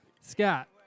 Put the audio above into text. Scott